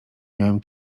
miałem